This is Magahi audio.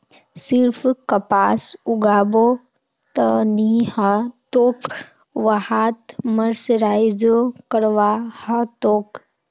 सिर्फ कपास उगाबो त नी ह तोक वहात मर्सराइजो करवा ह तोक